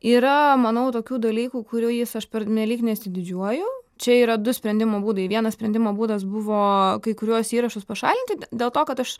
yra manau tokių dalykų kurių jais aš pernelyg nesididžiuoju čia yra du sprendimo būdai vienas sprendimo būdas buvo kai kuriuos įrašus pašalinti dėl to kad aš